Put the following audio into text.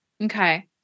Okay